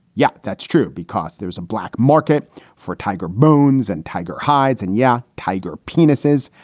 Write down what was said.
yep, that's true. because there's a black market for tiger bones and tiger hides and yeah, tiger penises.